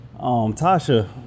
Tasha